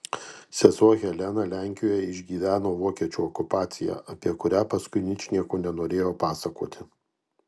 sesuo helena lenkijoje išgyveno vokiečių okupaciją apie kurią paskui ničnieko nenorėjo pasakoti